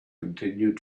continued